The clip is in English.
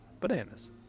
bananas